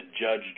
judge